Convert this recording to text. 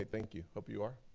thank you. hope you are.